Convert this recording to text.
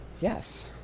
Yes